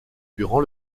durant